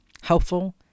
helpful